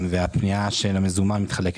הפנייה של המזומן מתחלקת: